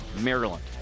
Maryland